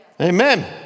Amen